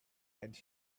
and